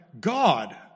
God